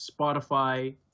Spotify